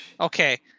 Okay